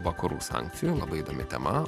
vakarų sankcijų labai įdomi tema